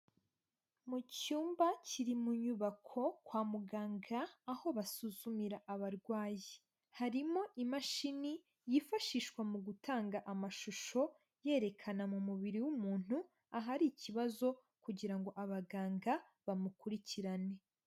Mu cyumba kiri mu nyubako kwa muganga, aho basuzumira abarwayi, harimo imashini yifashishwa mu gutanga amashusho, yerekana mu mubiri w'umuntu ahari ikibazo kugira ngo abaganga bamukurikirane.